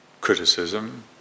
criticism